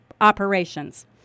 operations